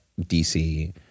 DC